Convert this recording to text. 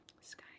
Sky